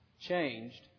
Changed